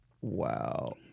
Wow